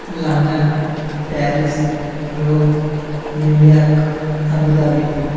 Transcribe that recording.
London Paris Rome New York Abu Dhabi